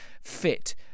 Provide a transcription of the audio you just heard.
fit